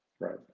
Right